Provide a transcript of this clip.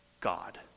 God